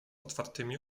otwartymi